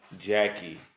Jackie